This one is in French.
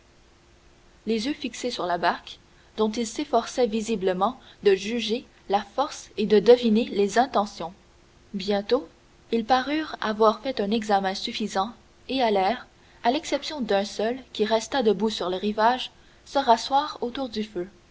les yeux fixés sur la barque dont ils s'efforçaient visiblement de juger la force et de deviner les intentions bientôt ils parurent avoir fait un examen suffisant et allèrent à l'exception d'un seul qui resta debout sur le rivage se rasseoir autour du feu